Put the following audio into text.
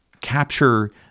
capture